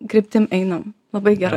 kryptim einam labai gera